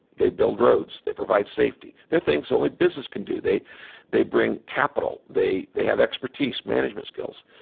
they build roads. they provide safety. there are things only business can do. they they bring capital. they they have expertise, management skills.